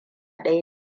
ɗaya